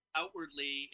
outwardly